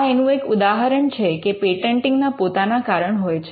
આ એનું એક ઉદાહરણ છે કે પેટન્ટિંગ ના પોતાના કારણ હોય છે